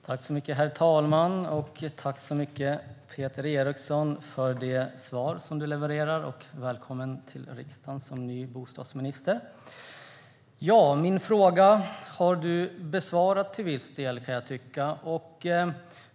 Herr talman! Tack så mycket för det svar du levererar, Peter Eriksson, och välkommen till riksdagen som ny bostadsminister! Min fråga har du besvarat till viss del, kan jag tycka.